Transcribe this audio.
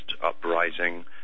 uprising